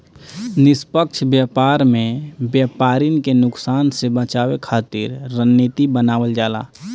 निष्पक्ष व्यापार में व्यापरिन के नुकसान से बचावे खातिर रणनीति बनावल जाला